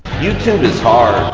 youtube is hard.